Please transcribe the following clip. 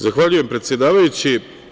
Zahvaljujem, predsedavajući.